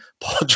Paul